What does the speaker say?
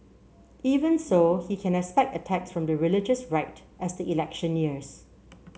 even so he can expect attacks from the religious right as the election nears